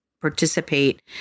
participate